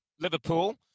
Liverpool